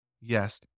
yes